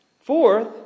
Fourth